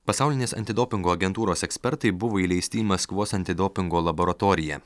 pasaulinės antidopingo agentūros ekspertai buvo įleisti į maskvos antidopingo laboratoriją